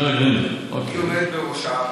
היא עומדת בראשה,